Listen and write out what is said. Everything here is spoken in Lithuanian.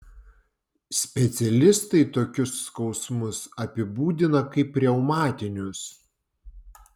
specialistai tokius skausmus apibūdina kaip reumatinius